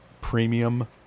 premium